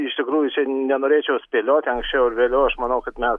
iš tikrųjų čia nenorėčiau spėliot anksčiau ar vėliau aš manau kad mes